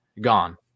gone